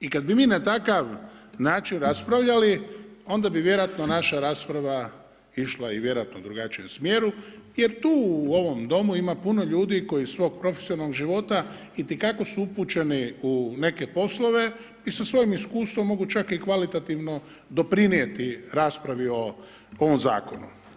I kad bi mi na takav način raspravljali onda bi vjerojatno naša rasprava išla i vjerojatno u drugačijem smjeru jer tu u ovom Domu ima puno ljudi koji iz svog profesionalnog života itekako su upućeni u neke poslove i sa svojim iskustvom mogu čak i kvalitativno doprinijeti raspravi o ovom zakonu.